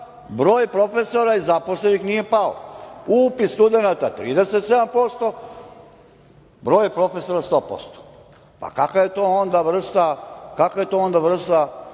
Broj profesora i zaposlenih nije pao. Upis studenata je 37%, broj profesora je 100%. Pa kakva je to onda vrsta